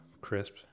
Crisp